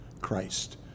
Christ